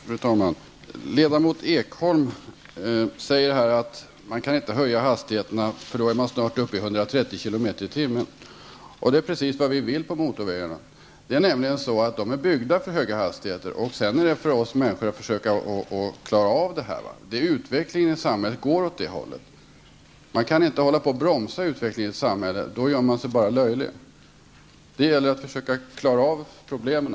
Fru talman! Ledamot Ekholm säger att man inte kan höja hastigheterna, för då kommer man snart upp till 130 km/tim. Det är precis vad vi vill ha på motorvägarna. De är byggda för höga hastigheter, sedan är det upp till oss människor att hantera detta. Utvecklingen i samhället går åt detta håll. Det går inte att bromsa utvecklingen i samhället. Då gör man sig bara löjlig. Det gäller att försöka klara problemen.